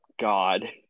God